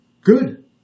Good